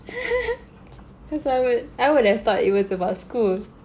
cause I would I would have thought it was about school